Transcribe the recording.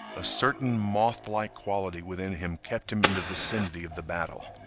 a certain mothlike quality within him kept him in the vicinity of the battle.